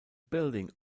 building